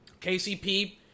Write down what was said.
KCP